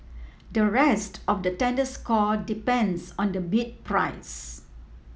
the rest of the tender score depends on the bid price